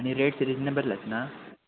आणि rate reasonable आहेत ना